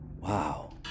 Wow